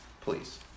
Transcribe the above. please